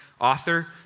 author